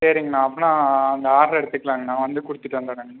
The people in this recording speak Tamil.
சரிங்கண்ணா அப்போன்னா அந்த ஆடரை எடுத்துக்கலாங்க அண்ணா வந்து கொடுத்துட்டு வந்துவிடுறேங்கண்ணா